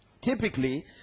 typically